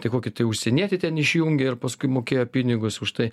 tai kokį tai užsienietį ten išjungė ir paskui mokėjo pinigus už tai